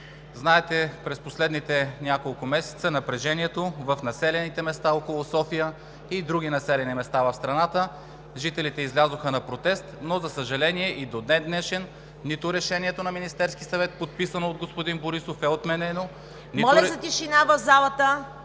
през последните няколко месеца в населените места около София и в други населени места в страната – жителите излязоха на протест, но, за съжаление, и до ден днешен нито решението на Министерския съвет, подписано от господин Борисов, е отменено (шум и реплики)…